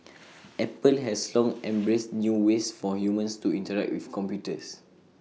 apple has long embraced new ways for humans to interact with computers